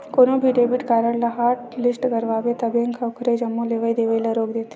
कोनो भी debit card ल हॉटलिस्ट करवाबे त बेंक ह ओखर जम्मो लेवइ देवइ ल रोक देथे